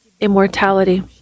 immortality